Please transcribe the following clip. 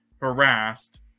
harassed